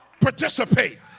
participate